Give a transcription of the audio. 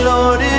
Lord